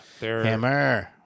Hammer